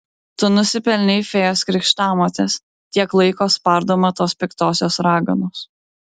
tu nusipelnei fėjos krikštamotės tiek laiko spardoma tos piktosios raganos